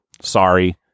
Sorry